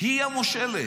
היא המושלת.